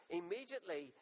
immediately